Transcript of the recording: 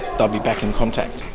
they'll be back in contact.